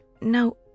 No